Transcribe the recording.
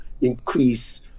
increase